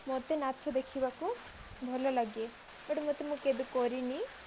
ମୋତେ ନାଚ ଦେଖିବାକୁ ଭଲ ଲାଗେ ବଟ୍ ଏତେ ମୁଁ କେବେ କରିନି